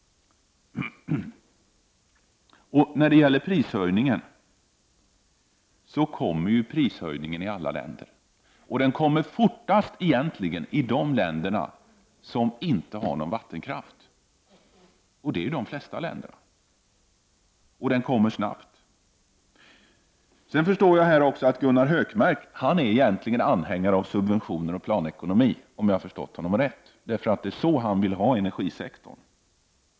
När det gäller prishöjningar är att märka att sådana ju kommer att ske i alla länder. Och prishöjningar sker fortast i de länder som inte har någon vattenkraft, och det är det flesta länderna. Om jag har förstått Gunnar Hökmark rätt så är han anhängare av subventioner och planekonomi. Han vill nämligen ha energisektorn uppbyggd på ett sådant sätt.